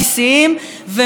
ומרצ גאה,